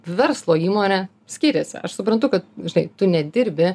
verslo įmonė skiriasi aš suprantu kad žinai tu nedirbi